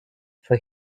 for